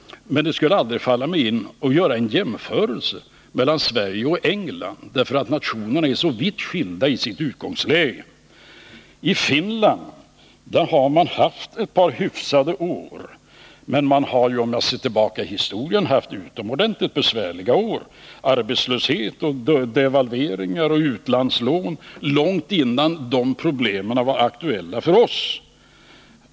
Men det skulle aldrig falla mig in att göra en jämförelse mellan Sverige och England, eftersom nationerna är så vitt skilda i sina utgångslägen. I Finland har man haft ett par hyggliga år, men ser man tillbaka på den historiska utvecklingen finner man att det landet haft utomordentligt besvärliga år med arbetslöshet, devalveringar och utlandslån långt innan de problemen var aktuella för oss.